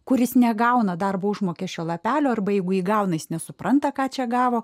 kuris negauna darbo užmokesčio lapelio arba jeigu įgauna jis nesupranta ką čia gavo